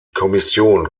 kommission